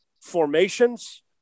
formations